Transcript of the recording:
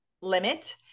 limit